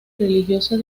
religioso